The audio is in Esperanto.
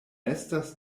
estas